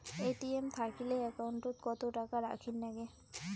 ATM থাকিলে account ওত কত টাকা রাখীর নাগে?